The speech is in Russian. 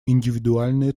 индивидуальные